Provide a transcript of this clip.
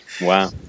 Wow